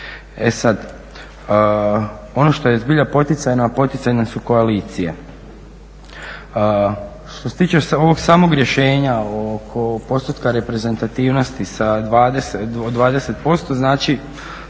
E sad, ono što je zbilja poticajno, a poticajne su koalicije. Što se tiče ovog samog rješenja oko postotka reprezentativnosti sa 20% znači